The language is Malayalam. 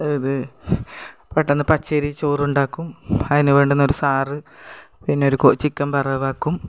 ഇത് പെട്ടെന്ന് പച്ചരി ചോറുണ്ടാക്കും അതിനു വേണ്ടുന്ന ഒരു സാറ് പിന്നൊരു ചിക്കൻ വറവാക്കും